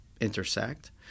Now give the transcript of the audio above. intersect